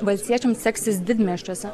valstiečiams seksis didmiesčiuose